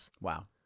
Wow